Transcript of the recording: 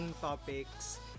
topics